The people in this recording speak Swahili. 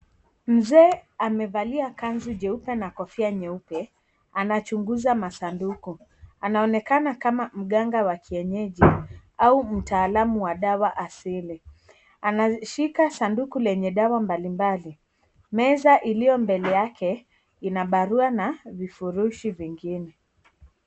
Mzee amevalia kazu jeupe na kofia nyeupe anachunguza masanduku anaonekana kama mganga wa kienyeji au mtaalam wa dawa asili ,anashika sanduku lenye dawa mbalimbali meza iliyo mbele yake ina barua na vifurushi vingine.